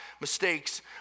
mistakes